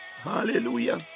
Hallelujah